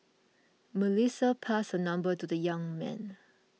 Melissa passed her number to the young man